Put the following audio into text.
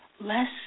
less